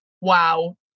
wow